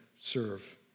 serve